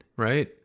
Right